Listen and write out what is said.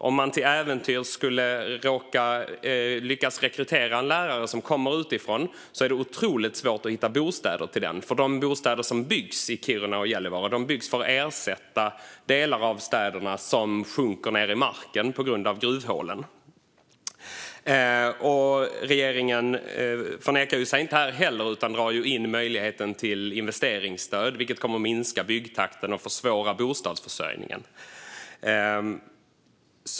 Om man till äventyrs skulle lyckas rekrytera en lärare utifrån är det otroligt svårt att hitta en bostad till den, för de bostäder som byggs i Kiruna och Gällivare byggs för att ersätta delar av städerna som sjunker ned i marken på grund av gruvhålen. Regeringen förnekar sig inte här heller utan drar in möjligheten till investeringsstöd, vilket kommer att sänka byggtakten och försvåra bostadsförsörjningen.